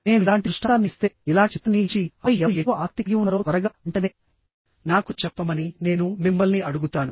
నేను ఇలాంటి దృష్టాంతాన్ని ఇస్తే ఇలాంటి చిత్రాన్ని ఇచ్చి ఆపై ఎవరు ఎక్కువ ఆసక్తి కలిగి ఉన్నారో త్వరగావెంటనే నాకు చెప్పమని నేను మిమ్మల్ని అడుగుతాను